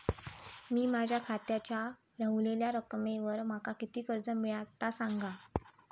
मी माझ्या खात्याच्या ऱ्हवलेल्या रकमेवर माका किती कर्ज मिळात ता सांगा?